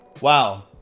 Wow